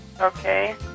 Okay